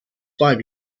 five